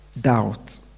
doubt